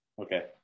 Okay